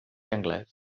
anglès